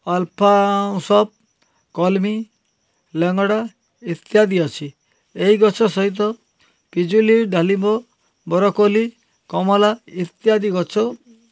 ଅଲଫା ଉଁ ସପ୍ କଲମି ଲେଙ୍ଗଡ଼ା ଇତ୍ୟାଦି ଅଛି ଏଇ ଗଛ ସହିତ ପିଜୁଲି ଡାଲିମ୍ବ ବରକୋଲି କମଲା ଇତ୍ୟାଦି ଗଛ